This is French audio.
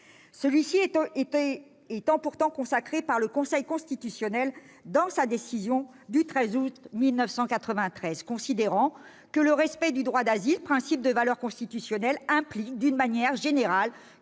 Celui-ci était pourtant consacré par le Conseil constitutionnel dans sa décision du 13 août 1993 :« Considérant que le respect du droit d'asile, principe de valeur constitutionnelle, implique d'une manière générale